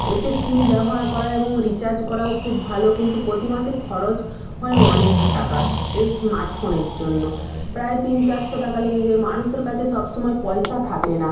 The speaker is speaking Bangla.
এতে সিম ব্যবহার করা এবং রিচার্জ করাও খুব ভালো কিন্তু প্রতি মাসে খরচ হয় অনেক টাকা এই স্মার্ট ফোনের জন্য প্রায় তিন চারশো টাকা লেগে যায় মানুষের কাছে সবসময় পয়সা থাকে না